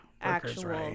actual